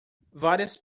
várias